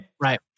right